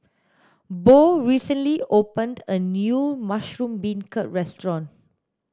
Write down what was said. Bo recently opened a new mushroom beancurd restaurant